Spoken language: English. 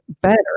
better